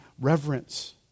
reverence